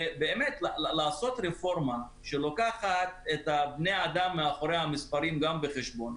לעשות רפורמה שלוקחת את בני האדם מאחורי המספרים גם בחשבון.